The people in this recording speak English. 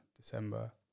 December